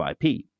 IP